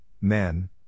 men